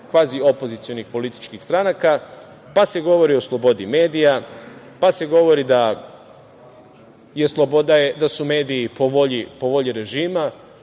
kvazi opozicionih političkih stranaka, pa se govori o slobodi medija, pa se govori da su mediji po volji režima,